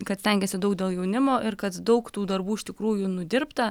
kad stengiesi daug dėl jaunimo ir kad daug tų darbų iš tikrųjų nudirbta